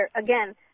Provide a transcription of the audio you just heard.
Again